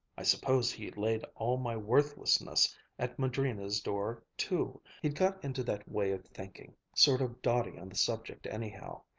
i suppose he laid all my worthlessness at madrina's door too. he'd got into that way of thinking, sort of dotty on the subject anyhow.